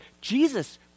Jesus